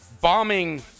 bombing